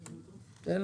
אתכם?